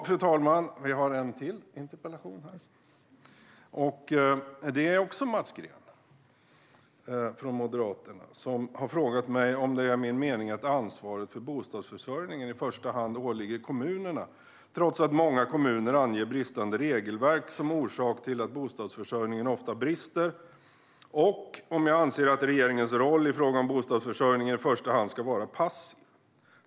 Fru talman! Vi har ännu en interpellation här. Även den är från Mats Green från Moderaterna, som har frågat mig om det är min mening att ansvaret för bostadsförsörjningen i första hand ska åligga kommunerna trots att många kommuner anger bristande regelverk som orsak till att bostadsförsörjningen ofta brister och om jag anser att regeringens roll i fråga om bostadsförsörjningen i första hand ska vara passiv.